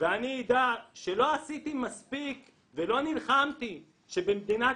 ואני אדע שלא עשיתי מספיק ולא נלחמתי שבמדינת